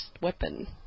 weapon